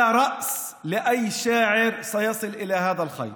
שום ראש של שום משורר לא היה יכול להגיע אל החוט הזה.